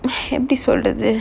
எப்டி சொல்றது:epdi solrathu